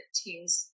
team's